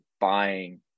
buying